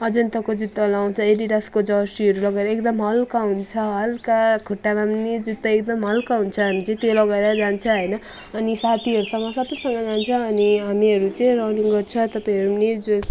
अजन्ताको जुत्ता लगाउँछ एडिडासको जर्सीहरू लगाएर एकदम हल्का हुन्छ हल्का खुट्टामा पनि जुत्ता एकदम हल्का हुन्छ हामी चाहिँ त्यो लगाएर जान्छौँ होइन अनि साथीहरूसँग सबैसँग जान्छौँ अनि हामीहरू चाहिँ रनिङ गर्छौँ तपाईँहरू पनि नि जोस